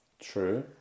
True